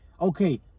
okay